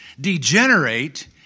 degenerate